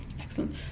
Excellent